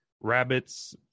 rabbits